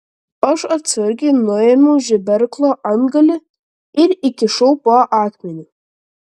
aš atsargiai nuėmiau žeberklo antgalį ir įkišau po akmeniu